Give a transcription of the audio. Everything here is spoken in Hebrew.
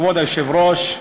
כבוד היושב-ראש,